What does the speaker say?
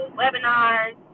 webinars